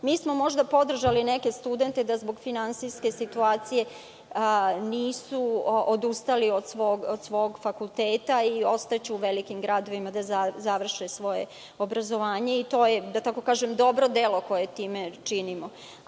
smo podržali neke studente da zbog finansijske situacije nisu odustali od svog fakulteta i ostaće u velikim gradovima da završe svoje obrazovanje. To je dobro delo koje time